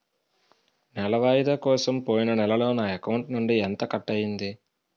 నెల వాయిదా కోసం పోయిన నెలలో నా అకౌంట్ నుండి ఎంత కట్ అయ్యింది?